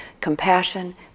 compassion